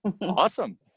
awesome